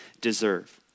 deserve